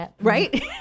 right